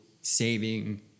saving